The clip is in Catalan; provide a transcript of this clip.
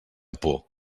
por